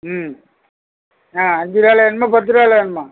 ம் ஆ அஞ்சுரூவால வேணுமா பத்துரூவால வேணுமா